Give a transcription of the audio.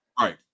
Right